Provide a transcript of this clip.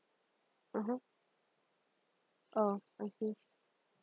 (uh huh) oh okay